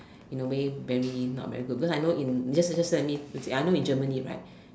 you know maybe very not very good because I know in just just let me uh I know in Germany right